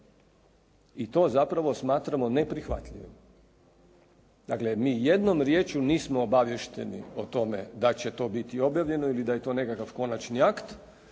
I to zapravo smatramo ne prihvatljivim. Dakle, mi jednom riječju nismo obaviješteni o tome da će to biti objavljeno ili da je to nekakav konačni akt,